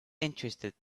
interested